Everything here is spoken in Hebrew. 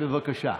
בבקשה.